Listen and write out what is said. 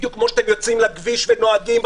בדיוק כמו שאתם יוצאים לכביש ונוהגים,